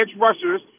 rushers